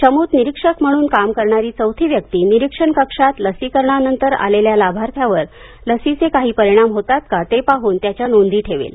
चमूत निरिक्षक म्हणून काम करणारी चौथी व्यक्ती निरक्षण कक्षात लसीकरणानंतर आलेल्या लाभार्थ्यावर लसीचे काही परिणाम होतात का ते पाहून त्याच्या नोंदी ठेवेल